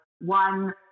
one